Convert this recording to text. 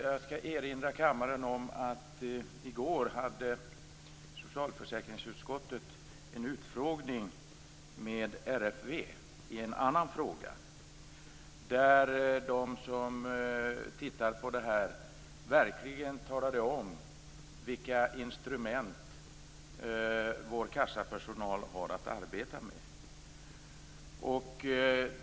Jag skall erinra kammaren om att socialförsäkringsutskottet hade i går en utfrågning med RFV i en annan fråga, där de som tittar på det här verkligen talade om vilka instrument vår kassapersonal har att arbeta med.